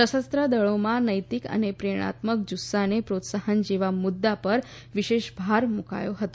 સશસ્ત્ર દળોમાં નૈતિક અને પ્રેરણાત્મક જુસ્સાને પ્રોત્સાહન જેવા મુદ્દા પર વિશેષ ભાર મુકાયો હતો